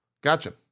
Gotcha